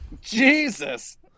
jesus